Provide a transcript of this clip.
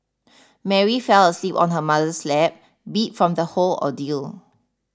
Mary fell asleep on her mother's lap beat from the whole ordeal